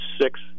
six